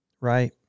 Right